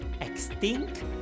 Extinct